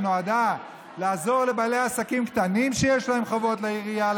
שנועד לעזור לבעלי עסקים קטנים שיש להם חובות לעירייה,